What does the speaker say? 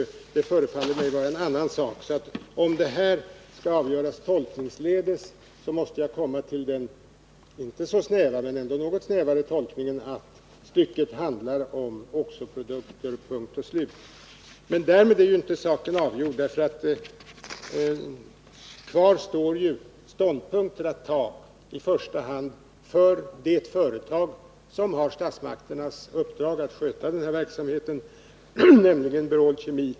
Det förefaller mig vara en annan sak. Om detta skall avgöras tolkningsledes måste jag komma till den något snävare tolkningen att stycket handlar om oxo-produkter — punkt och slut. Men därmed är saken inte avgjord. Kvar står uppgiften att ta ståndpunkter, i första hand för det företag som har statsmakternas uppdrag att sköta den här verksamheten, nämligen Berol Kemi.